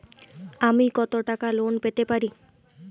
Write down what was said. আমি কত টাকা লোন পেতে পারি?